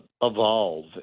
evolve